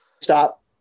Stop